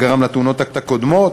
מה גרם לתאונות הקודמות?